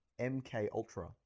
MKUltra